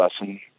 lesson